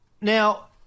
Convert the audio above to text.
now